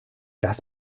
das